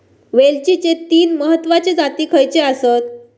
वेलचीचे तीन महत्वाचे जाती खयचे आसत?